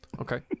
Okay